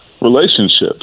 relationships